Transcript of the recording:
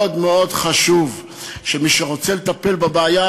מאוד מאוד חשוב שמי שרוצה לטפל בבעיה,